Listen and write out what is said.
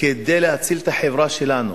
כדי להציל את החברה שלנו,